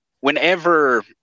whenever